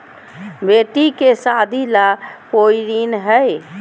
बेटी के सादी ला कोई ऋण हई?